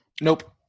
nope